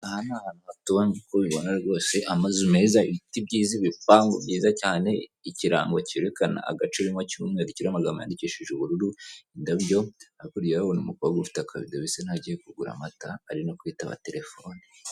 Aha ni ahantu baturanye nk'uko ubibona rwose, amazu meza, ibiti byiza, ibipangu byiza cyane, ikirango cyerekana agace urimo cy'umweru, kiriho amagambo yandikishije ubururu, indabyo; hakurya urahabona umukobwa ufite akabido bisa n'aho agiye kugura amata, ari no kwitaba telefone.